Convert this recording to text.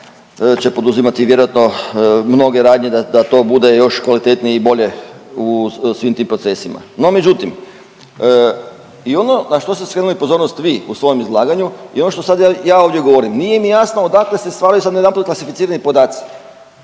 će poduzimati vjerojatno mnoge radnje da to bude još kvalitetnije i bolje u svim tim procesima. No međutim i ono na što ste skrenuli pozornost vi u svojem izlaganju i ono što sad ja ovdje govorim, nije mi jasno odakle se stvaraju sad najedanput klasificirani podaci.